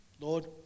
Lord